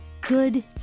good